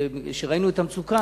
כשראינו את המצוקה,